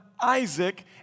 Isaac